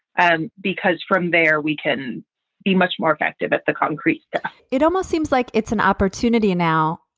and because from there, we can be much more effective at the concrete it almost seems like it's an opportunity. now,